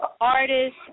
artist